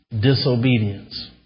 disobedience